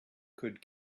could